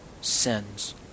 sins